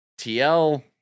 TL